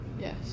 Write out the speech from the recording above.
Yes